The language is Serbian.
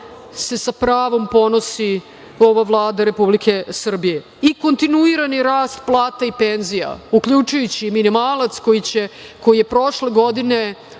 se sa pravom ponosi ova Vlada Republike Srbije i kontinuirani rast plata i penzija, uključujući i minimalac koji je prošle godine,